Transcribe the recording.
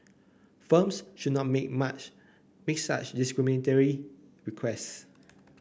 firms should not make much make such discriminatory requests